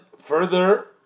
further